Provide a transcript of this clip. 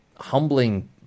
humbling